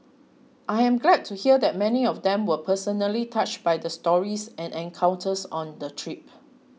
I am glad to hear that many of them were personally touched by the stories and encounters on the trip